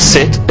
Sit